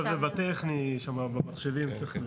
כבר חזרנו ועכשיו זה בטכני שמה במחשבים צריך.